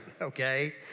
okay